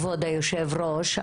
כבוד היושב-ראש,